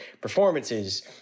performances